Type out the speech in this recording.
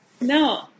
No